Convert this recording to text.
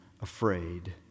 afraid